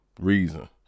reason